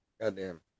goddamn